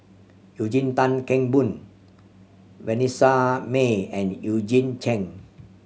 Eugene Tan Kheng Boon Vanessa Mae and Eugene Chen